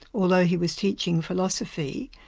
although he was teaching philosophy,